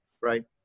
right